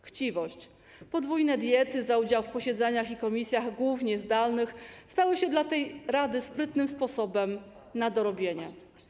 Chciwość - podwójne diety za udział w posiedzeniach i komisjach, głównie zdalnych, stały się dla tej rady sprytnym sposobem na dorobienie.